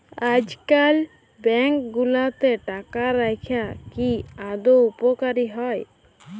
আইজকাল ব্যাংক গুলাতে টাকা রাইখা কি আদৌ উপকারী হ্যয়